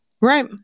Right